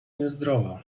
niezdrowo